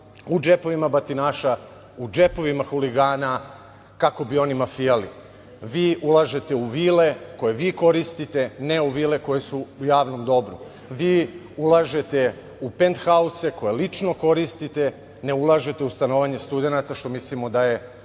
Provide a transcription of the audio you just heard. u džepovima batinaša, u džepovima huligana, kako bi oni mafijali. Vi ulažete u vile koje vi koristite, ne u vile koje su u javnom dobru. Vi ulažete u penthause koje lično koristite, ne ulažete u stanovanje studenata, što mislimo da je